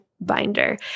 binder